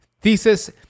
thesis